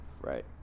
Right